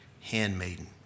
handmaiden